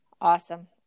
Awesome